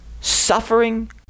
suffering